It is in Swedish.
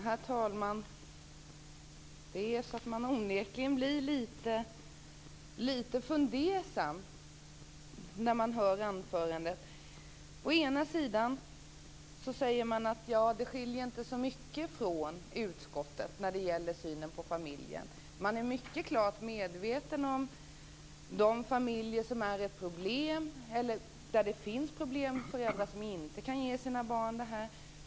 Herr talman! Jag blir onekligen lite fundersam när jag hör det här anförandet. Man säger att man inte skiljer sig så mycket från utskottet när det gäller synen på familjen. Man är klart medveten om att det finns familjer som har problem där föräldrar inte kan ge sina barn det här.